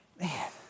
man